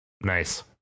Nice